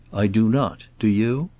i do not. do you?